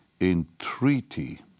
entreaty